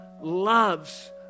loves